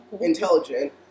intelligent